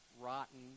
rotten